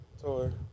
tour